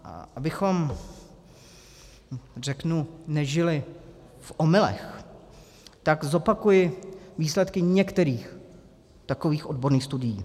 A abychom nežili v omylech, tak zopakuji výsledky některých takových odborných studií.